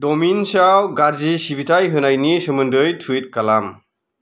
दमिनसाव गाज्रि सिबिथाय होनायनि सोमोन्दै टुइट खालाम